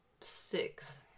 six